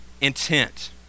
intent